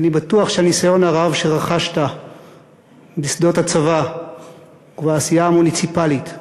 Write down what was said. ואני בטוח שהניסיון הרב שרכשת בשדות הצבא ובעשייה המוניציפלית,